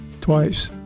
twice